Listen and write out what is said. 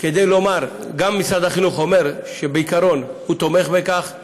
כדי לומר: גם משרד החינוך אומר שבעיקרון הוא תומך בכך,